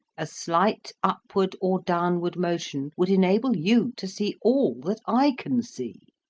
a slight upward or downward motion would enable you to see all that i can see.